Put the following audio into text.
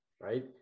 right